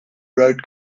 road